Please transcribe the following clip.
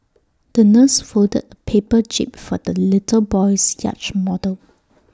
the nurse folded A paper jib for the little boy's yacht model